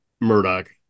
murdoch